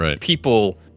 people